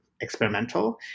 experimental